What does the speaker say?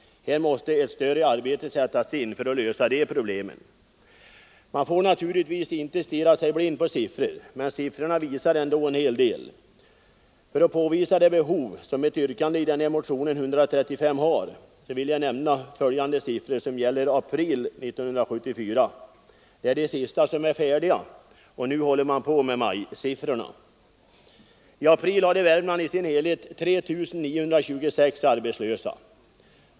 Här måste ett större arbete sättas in för att lösa de problemen. Man får naturligtvis inte stirra sig blind på siffror, men siffrorna visar ändå en hel del. För att påvisa det behov som finns och som mitt yrkande i motionen 135 går ut på vill jag nämna följande siffror för april 1974 — det är de sista som är färdiga, och just nu håller man på med majsiffrorna. I april hade Värmland 3 926 arbetslösa.